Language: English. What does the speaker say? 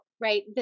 right